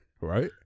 Right